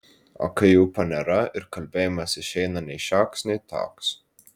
o kai ūpo nėra ir kalbėjimas išeina nei šioks nei toks